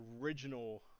original